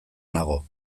nago